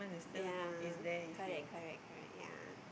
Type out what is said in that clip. ya correct correct correct ya